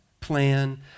plan